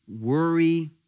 worry